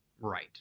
right